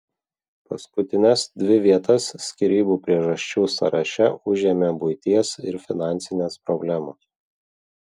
paskutines dvi vietas skyrybų priežasčių sąraše užėmė buities ir finansinės problemos